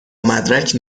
مدرک